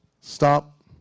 Stop